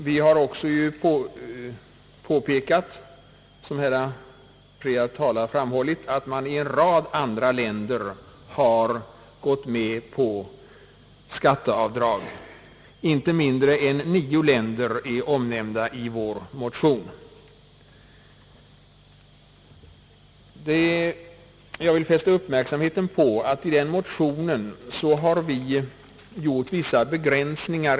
Vi har också påpekat, som flera talare här framhållit, att man i en rad andra länder har gått med på skatteavdrag för frivilliga bidrag till dylika ändamål — inte mindre än nio länder är omnämnda i vår motion. Jag vill vidare fästa uppmärksamheten på att vi i motionen gjort vissa begränsningar.